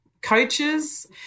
coaches